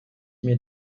mir